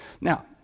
Now